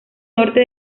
norte